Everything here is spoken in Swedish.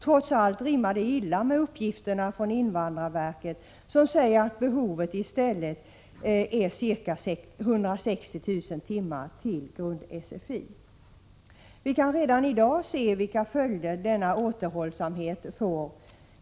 Trots allt rimmar det illa med uppgifterna från invandrarverket, som säger att behovet i stället är 160 000 timmar till grund-SFI. Vi kan redan i dag se vilka följder denna återhållsamhet får.